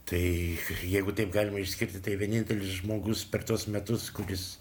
tai jeigu taip galima išskirti tai vienintelis žmogus per tuos metus kuris